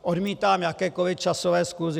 Odmítám jakékoli časové skluzy.